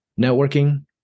networking